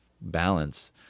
balance